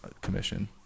Commission